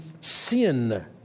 sin